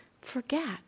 forget